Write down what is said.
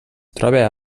troba